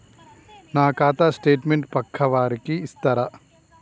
నా ఖాతా స్టేట్మెంట్ పక్కా వారికి ఇస్తరా?